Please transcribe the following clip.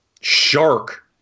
Shark